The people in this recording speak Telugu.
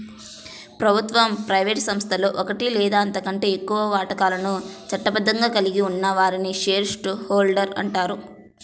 ప్రభుత్వ, ప్రైవేట్ సంస్థలో ఒకటి లేదా అంతకంటే ఎక్కువ వాటాలను చట్టబద్ధంగా కలిగి ఉన్న వారిని షేర్ హోల్డర్ అంటారు